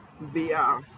via